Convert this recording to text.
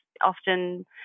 often